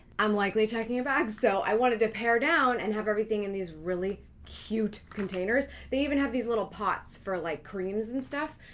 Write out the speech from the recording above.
i'm likely checking a bag, so i wanted to pare down and have everything in these really cute containers. they even have these little pots for like creams and stuff.